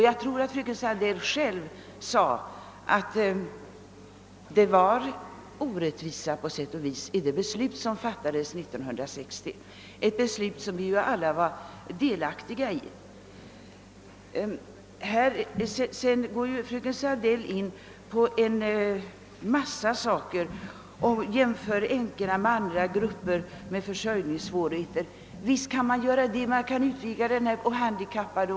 Jag tror att fröken Sandell själv sade att det på sätt och vis låg orättvisa i det beslut som fattades 1960 — ett beslut som vi alla var delaktiga i. Sedan tar fröken Sandell upp en mångfald andra spörsmål och jämför änkorna med andra grupper med försörjningssvårigheter, t.ex. handikappade m.fl. Och visst kan man göra det.